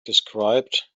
described